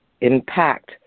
impact